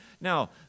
Now